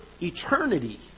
eternity